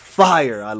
fire